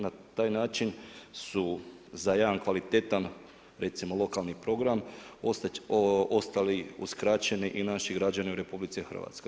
Na taj način su za jedan kvalitetan, recimo lokalni program, ostali uskraćeni i naši građani u RH.